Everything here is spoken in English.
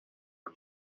are